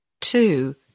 Two